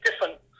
different